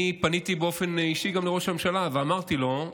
אני פניתי באופן אישי גם לראש הממשלה ואמרתי לו,